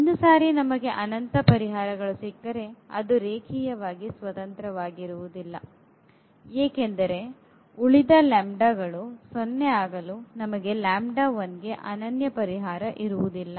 ಒಂದು ಸಾರಿ ನಮಗೆ ಅನಂತ ಪರಿಹಾರಗಳು ಸಿಕ್ಕರೆ ಅದು ರೇಖೀಯ ಸ್ವತಂತ್ರವಾಗಿರುವುದಿಲ್ಲ ಏಕೆಂದರೆ ಉಳಿದ ಗಳು 0 ಆಗಲು ನಮಗೆ ಗೆ ಅನನ್ಯ ಪರಿಹಾರ ಇರುವುದಿಲ್ಲ